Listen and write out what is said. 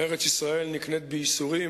ארץ-ישראל נקנית בייסורים,